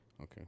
Okay